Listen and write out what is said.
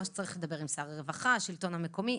שצריך לדבר עם שר הרווחה והשלטון המקומי.